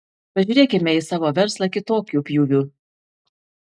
pažiūrėkime į savo verslą kitokiu pjūviu